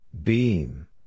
Beam